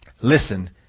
Listen